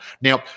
Now